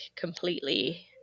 completely